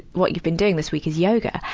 what you've been doing this week is yoga.